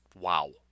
wow